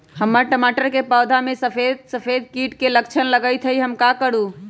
हमर टमाटर के पौधा में सफेद सफेद कीट के लक्षण लगई थई हम का करू?